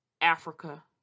Africa